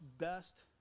best